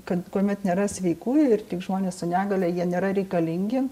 kad kuomet nėra sveikųjų ir tik žmonės su negalia jie nėra reikalingi